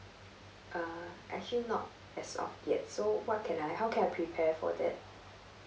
uh actually not as of yet so what can I how can I prepare for that